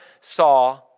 saw